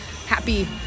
happy